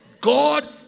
God